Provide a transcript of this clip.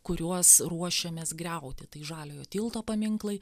kuriuos ruošiamės griauti tai žaliojo tilto paminklai